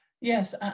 yes